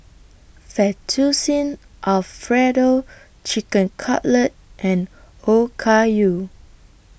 Fettuccine Alfredo Chicken Cutlet and Okayu